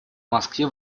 москве